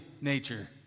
nature